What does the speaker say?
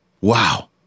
Wow